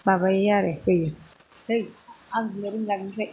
माबायो आरो होयो है आं बुंनो रोंला बेनिफ्राय